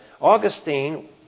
Augustine